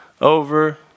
over